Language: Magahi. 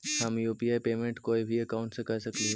हम यु.पी.आई पेमेंट कोई भी अकाउंट से कर सकली हे?